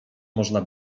można